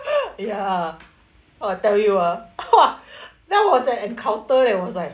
ya !wah! I tell you ah !wah! that was an encounter that was like